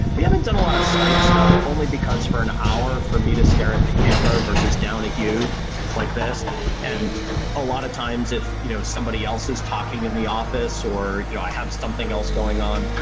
we haven't done a lot of skype stuff only because for an hour for me to stare at the camera versus down at you like this and a lot of times if you know somebody else is talking in the office or you know i have something else going on,